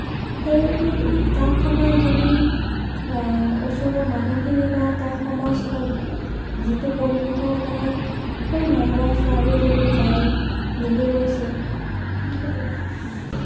সেই তাত থকা যদি ওচৰৰ মানুহখিনিয়ে বা তাৰ সমাজবোৰ যিটো পৰিৱেশৰ লগত সেই ল'ৰা বা ছোৱালীজনী যাই মিলি গৈছে সেই